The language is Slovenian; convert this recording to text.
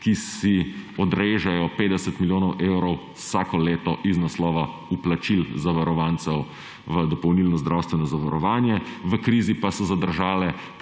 ki si odrežejo 50 milijonov evrov vsako leto z naslova vplačil zavarovancev v dopolnilno zdravstveno zavarovanje. V krizi pa so zadržale